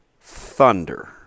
Thunder